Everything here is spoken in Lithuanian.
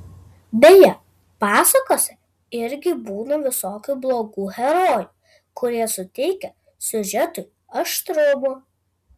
beje pasakose irgi būna visokių blogų herojų kurie suteikia siužetui aštrumo